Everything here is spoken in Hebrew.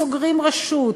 סוגרים רשות,